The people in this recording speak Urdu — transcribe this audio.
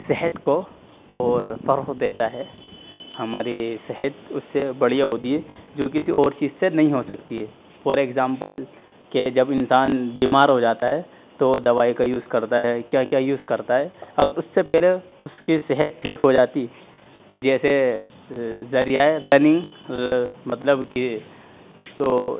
صحت کو اور فروغ دیتا ہے ہماری صحت اس سے بڑھیا ہوتی ہے جو کسی اور چیز سے نہیں ہو سکتی ہے فور ایگزامپل کہ جب انسان بیمار ہو جاتا ہے تو دوائی کا یوز کرتا ہے کیا کیا یوز کرتا ہے اگر اس سے پہلے اس کی صحت ٹھیک ہو جاتی جیسے ذریعہ رننگ مطلب کہ تو